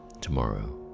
tomorrow